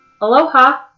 Aloha